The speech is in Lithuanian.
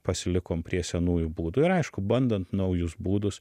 pasilikom prie senųjų būdų ir aišku bandant naujus būdus